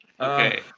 Okay